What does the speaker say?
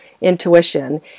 intuition